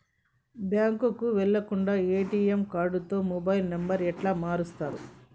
బ్యాంకుకి వెళ్లకుండా ఎ.టి.ఎమ్ కార్డుతో మొబైల్ నంబర్ ఎట్ల మారుస్తరు?